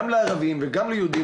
גם לערבים וגם ליהודים,